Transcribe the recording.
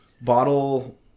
Bottle